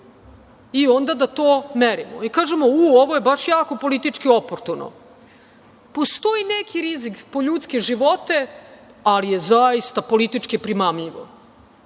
i onda da to merimo. Kažemo – u, ovo je baš jako politički oportuno, postoji neki rizik po ljudske živote, ali je zaista politički primamljivo,